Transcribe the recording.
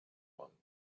one